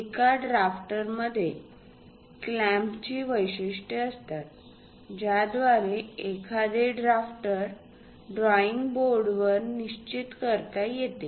एका ड्राफ्ट मध्ये क्लॅम्पची वैशिष्ट्ये असतात ज्याद्वारे एखादे ड्राफ्टर ड्रॉईंग बोर्डवर निश्चित करता येते